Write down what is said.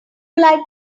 liked